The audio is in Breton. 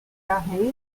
karaez